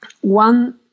one